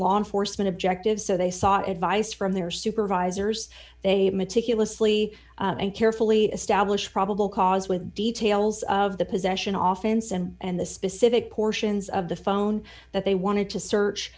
law enforcement objectives so they sought advice from their supervisors they meticulously and carefully establish probable cause with details of the possession often send and the specific portions of the phone that they wanted to search